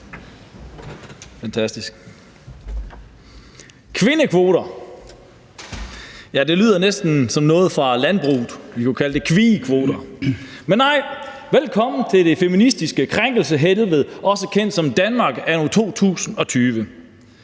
Kvindekvoter – ja, det lyder næsten som noget fra landbruget; vi kunne kalde det kviekvoter. Men nej, velkommen til det feministiske krænkelseshelvede, også kendt som Danmark anno 2020,